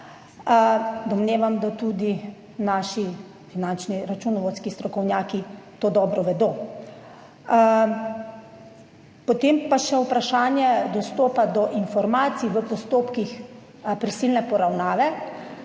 Domnevam, da tudi naši finančni, računovodski strokovnjaki to dobro vedo. Potem pa še vprašanje dostopa do informacij v postopkih prisilne poravnave.